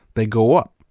they go up,